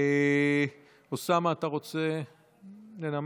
אוסאמה, אתה רוצה לנמק?